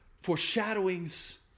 foreshadowings